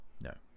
No